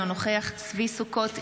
אינו נוכח צבי ידידיה סוכות,